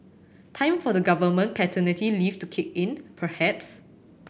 time for the government paternity leave to kick in perhaps